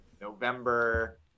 November